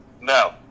No